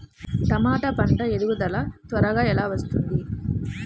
టమాట పంట ఎదుగుదల త్వరగా ఎలా వస్తుంది?